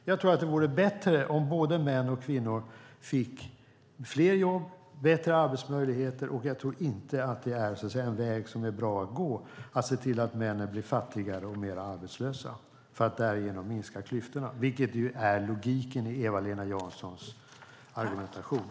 Jag tror att det vore bättre om både män och kvinnor fick fler jobb och bättre arbetsmöjligheter. Att se till att männen blir fattigare och mer arbetslösa för att därigenom minska klyftorna tror inte jag är en bra väg att gå, men det är logiken i Eva-Lena Janssons argumentation.